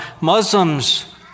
Muslims